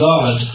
God